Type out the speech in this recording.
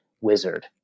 wizard